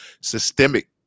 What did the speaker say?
systemic